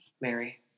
Mary